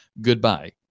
Goodbye